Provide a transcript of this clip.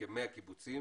בכ-100 קיבוצים